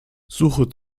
suche